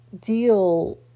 deal